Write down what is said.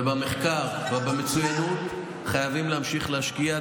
ובמחקר ובמצוינות חייבים להמשיך להשקיע.